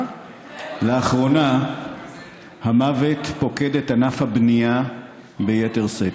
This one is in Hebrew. לאחרונה המוות פוקד את ענף הבנייה ביתר שאת.